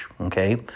okay